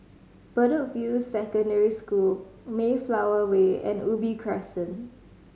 Bedok View Secondary School Mayflower Way and Ubi Crescent